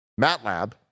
MATLAB